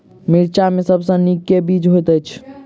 मिर्चा मे सबसँ नीक केँ बीज होइत छै?